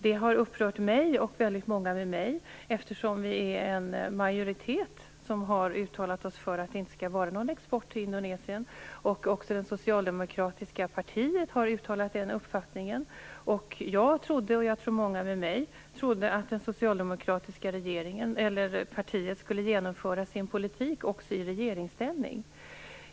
Det har upprört mig och väldigt många med mig, eftersom vi är en majoritet som har uttalat oss för att det inte skall vara någon export till Indonesien. Också det socialdemokratiska partiet har uttalat den uppfattningen. Jag trodde, och jag tror att många med mig trodde, att det socialdemokratiska partiet skulle genomföra sin politik också i regeringsställning.